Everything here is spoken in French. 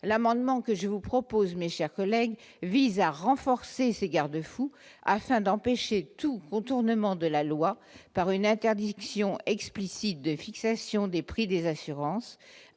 l'amendement que je vous propose mes chers collègues, vise à renforcer ses garde-fous afin d'empêcher tout contournement de la loi par une interdiction explicite de fixation des prix des assurances